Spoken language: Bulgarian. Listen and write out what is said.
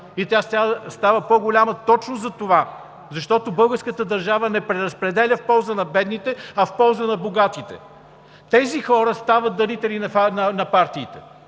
тя става по-голяма точно затова, защото българската държава не преразпределя в полза на бедните, а в полза на богатите, тези хора стават дарители на партиите!